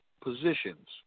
positions